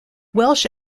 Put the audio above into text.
welsh